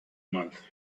month